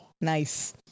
Nice